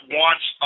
wants